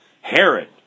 Herod